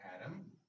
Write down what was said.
Adam